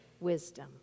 wisdom